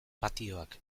patioak